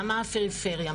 גם מהפריפריה,